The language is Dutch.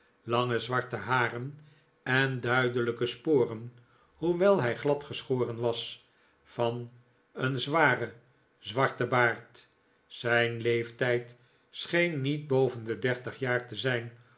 lange zwarte haren en duidelijke sporen hoewel hij glad geschoren was van een zwaren zwarten baard zijn leeftijd scheen niet boven de dertig jaar te zijn